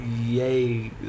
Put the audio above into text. yay